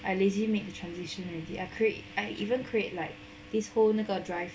I lazy make transition already I create I even create like this whole 那个 drive